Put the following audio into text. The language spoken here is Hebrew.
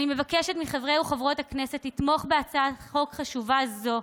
אני מבקשת מחברי וחברות הכנסת לתמוך בהצעת חוק חשובה זו.